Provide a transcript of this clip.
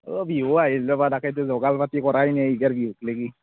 অঁ বিহু আহিল ৰ'বা তাকেতো যোগাৰ পাতি কৰাই নাই এইবাৰ বিহুক লেগি